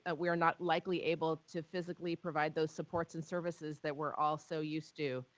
ah we are not likely able to physically provide those supports and services that we're all so used too,